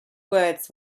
words